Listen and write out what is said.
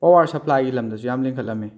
power ꯁꯄ꯭ꯂꯥꯏꯒꯤ ꯂꯝꯗꯁꯨ ꯌꯥꯝ ꯂꯤꯡꯈꯠꯂꯝꯃꯤ